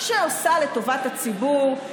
שעושה לטובת הציבור.